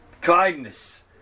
kindness